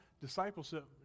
discipleship